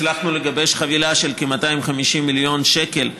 הצלחנו לגבש חבילה של כ-250 מיליון שקל,